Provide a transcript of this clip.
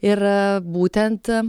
ir būtent